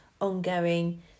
ongoing